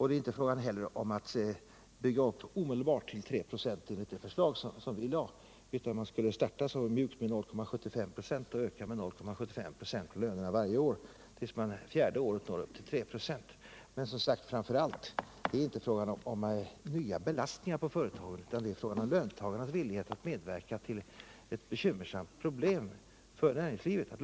Det är inte heller enligt det förslag vi framlagt fråga om att omedelbart ta ut 3 26 av lönerna, utan man skulle starta mjukt med 0,75 96 och sedan öka uttaget med 0,75 96 per år tills man det fjärde året uppnår 3 96. Men det är, som sagt, framför allt inte fråga om nya belastningar på företagen utan om att ta fasta på löntagarnas villighet att medverka till att lösa ett bekymmersamt problem för näringslivet.